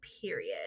period